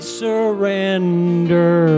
surrender